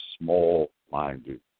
small-minded